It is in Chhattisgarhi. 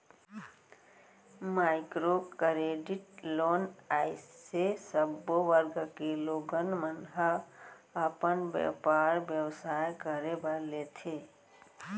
माइक्रो करेडिट लोन अइसे सब्बो वर्ग के लोगन मन ह अपन बेपार बेवसाय करे बर लेथे